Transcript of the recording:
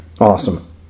awesome